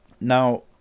now